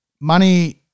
Money